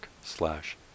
slash